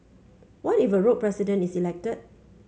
what if a rogue president is elected